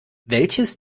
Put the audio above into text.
welches